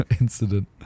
incident